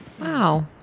Wow